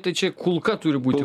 tai čia kulka turi būti